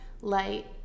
light